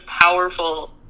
powerful